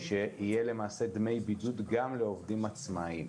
שיהיה למעשה דמי בידוד גם לעובדים עצמאים.